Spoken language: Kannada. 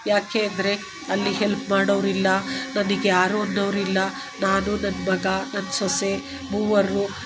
ಯಾಕೆ ಅಂದರೆ ಅಲ್ಲಿ ಹೆಲ್ಪ್ ಮಾಡೌರಿಲ್ಲ ನನ್ಗೆ ಯಾರು ಅನ್ನೋವ್ರಿಲ್ಲ ನಾನು ನನ್ನ ಮಗ ನನ್ನ ಸೊಸೆ ಮೂವರು